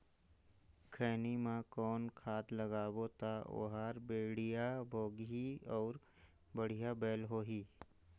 खैनी मा कौन खाद लगाबो ता ओहार बेडिया भोगही अउ बढ़िया बैल होही?